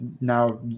now